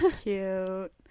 cute